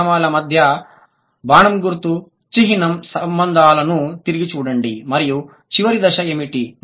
పద క్రమాల మధ్య బాణం గుర్తు చిహ్న సంబంధాలను తిరిగి చూడండి మరియు చివరి దశ ఏమిటి